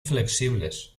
flexibles